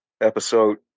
episode